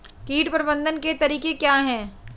कीट प्रबंधन के तरीके क्या हैं?